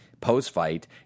post-fight